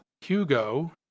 Hugo